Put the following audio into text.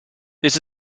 this